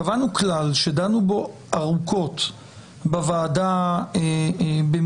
קבענו כלל שדנו בו ארוכות בוועדה במסגרת